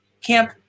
camp